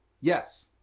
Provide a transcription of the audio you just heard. Yes